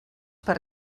per